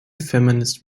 feminist